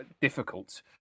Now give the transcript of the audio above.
difficult